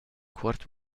cuort